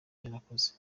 yarakoze